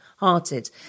hearted